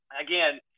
again